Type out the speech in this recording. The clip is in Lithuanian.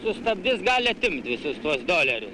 sustabdys gali atimt visus tuos dolerius